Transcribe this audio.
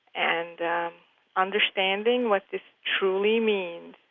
and understanding what this truly means